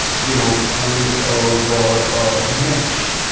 you know, kind of a, a mix,